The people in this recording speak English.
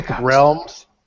realms